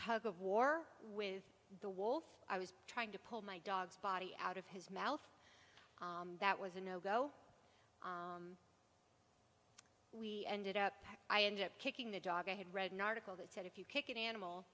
tug of war with the wolf i was trying to pull my dog's body out of his mouth that was a no go we ended up i ended up kicking the dog i had read an article that said if you kick an animal